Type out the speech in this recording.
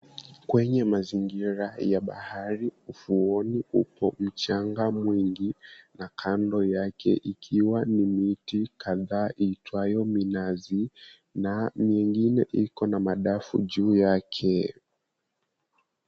Kwenye mazingira ya bahari. Ufuoni upo mchanga mwingi na kando yake ikiwa ni miti kadhaa iitwayo minazi na mingine iko na madafu juu yake.